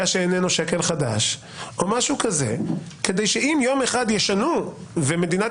שאיננו שקל חדש או משהו כזה כדי שאם יום אחד ישנו ומדינת